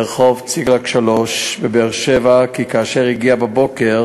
ברחוב צקלג 3 בבאר-שבע, כי כאשר הגיע בבוקר